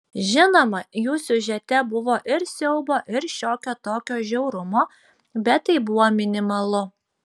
žinoma jų siužete buvo ir siaubo ir šiokio tokio žiaurumo bet tai buvo minimalu